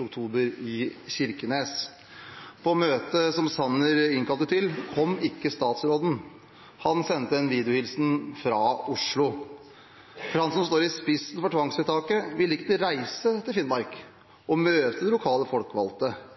oktober i Kirkenes. På møtet som Sanner innkalte til, kom ikke statsråden. Han sendte en videohilsen fra Oslo. Han som står i spissen for tvangsvedtaket, ville ikke reise til Finnmark og møte de lokalt folkevalgte,